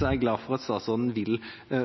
jeg glad for at statsråden vil